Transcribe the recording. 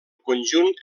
conjunt